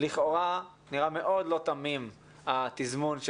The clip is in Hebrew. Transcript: לכאורה נראה מאוד לא תמים התזמון של